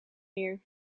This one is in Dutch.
meer